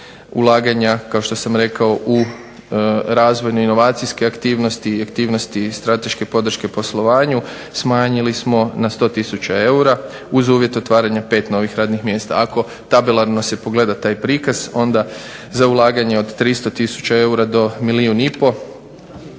ulaganja kao što sam rekao u razvojne inovacijske aktivnosti i aktivnosti strateške podrške poslovanju smanjili smo na 100 tisuća eura uz uvjet otvaranja pet novih radnih mjesta ako tabelarno se pogleda taj prikaz onda za ulaganje od 300 tisuća eura do milijun i pol